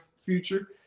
future